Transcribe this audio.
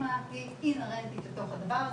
כשהסטיגמה היא אינהרנטית לתוך הדבר הזה.